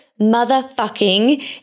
motherfucking